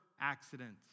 accidents